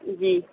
جی